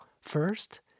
First